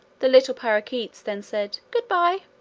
the little parrakeets then said good-bye,